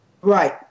Right